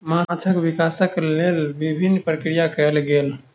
माँछक विकासक लेल विभिन्न प्रक्रिया निर्माण कयल गेल